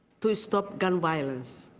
to stop gun violence.